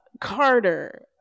Carter